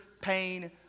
pain